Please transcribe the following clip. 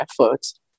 efforts